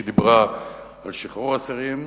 שדיברה על שחרור אסירים,